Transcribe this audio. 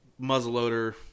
muzzleloader